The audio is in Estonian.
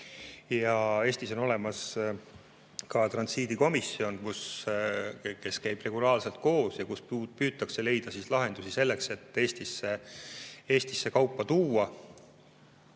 Eestis on olemas ka transiidikomisjon, kes käib regulaarselt koos ja kus püütakse leida lahendusi selleks, et tuua Eestisse kaupa,